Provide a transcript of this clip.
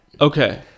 Okay